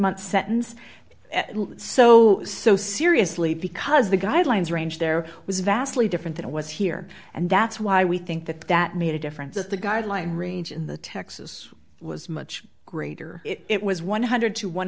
month sentence so so seriously because the guidelines range there was vastly different than it was here and that's why we think that that made a difference if the guideline range in the texas was much greater it was one hundred